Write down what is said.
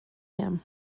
him